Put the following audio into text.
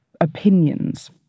opinions